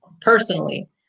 personally